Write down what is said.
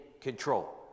control